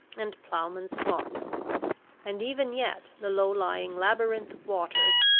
and plowmen's smocks and even yet the low-lying labyrinth of waters,